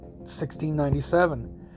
1697